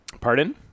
Pardon